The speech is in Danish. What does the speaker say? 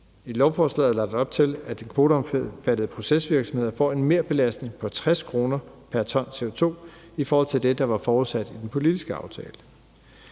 I lovforslaget er der lagt op til, er de kvoteomfattede procesvirksomheder får en merbelastning på 60 kr. pr. ton CO2 i forhold til det, der var forudsat i den politiske aftale.